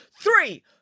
three